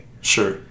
Sure